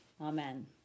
Amen